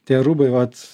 tie rūbai vat